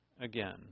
again